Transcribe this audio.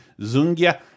Zungia